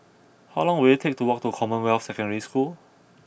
how long will it take to walk to Commonwealth Secondary School